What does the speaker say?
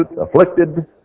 afflicted